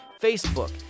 Facebook